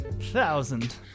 Thousand